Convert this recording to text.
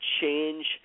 change